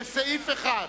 לסעיף 1: